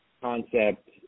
concept